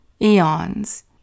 eons